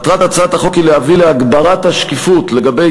מטרת הצעת החוק היא להביא להגברת השקיפות לגבי